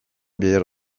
behar